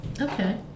Okay